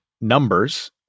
numbers